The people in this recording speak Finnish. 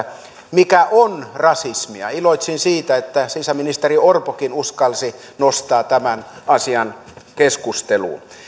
mikä on rasismia iloitsin siitä että sisäministeri orpokin uskalsi nostaa tämän asian keskusteluun